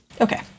Okay